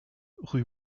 rue